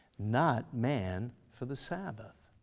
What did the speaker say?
not man for the sabbath.